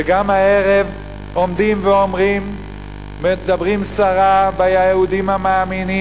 שגם הערב עומדים ומדברים סרה ביהודים המאמינים,